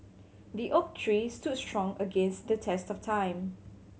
the oak tree stood strong against the test of time